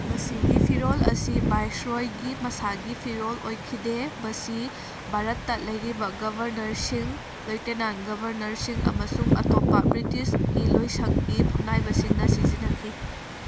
ꯃꯁꯤꯒꯤ ꯐꯤꯔꯣꯜ ꯑꯁꯤ ꯚꯥꯏꯁꯔꯣꯏꯒꯤ ꯃꯁꯥꯒꯤ ꯐꯤꯔꯣꯜ ꯑꯣꯏꯈꯤꯗꯦ ꯃꯁꯤ ꯚꯥꯔꯠꯇ ꯂꯩꯔꯤꯕ ꯒꯕꯔꯅꯔꯁꯤꯡ ꯂꯤꯎꯇꯤꯅꯥꯟ ꯒꯕꯔꯅꯔꯤꯁꯤꯡ ꯑꯃꯁꯨꯡ ꯑꯇꯣꯞꯄ ꯕ꯭ꯔꯤꯇꯤꯁꯀꯤ ꯂꯣꯏꯁꯪꯒꯤ ꯐꯝꯅꯥꯏꯕꯁꯤꯡꯅ ꯁꯤꯖꯤꯟꯅꯈꯤ